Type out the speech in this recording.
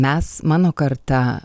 mes mano karta